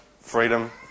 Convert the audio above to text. freedom